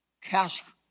Castro